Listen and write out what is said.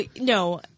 no